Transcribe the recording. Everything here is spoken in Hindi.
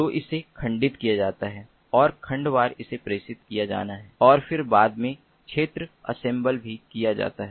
तो इसे खंडित किया जाता है और खंड वार इसे प्रेषित किया जाना है और फिर बाद में क्षेत्र असेम्बल भी किया जाता है